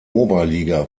oberliga